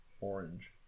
orange